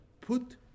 Put